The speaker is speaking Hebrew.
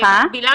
מקבילה